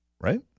Right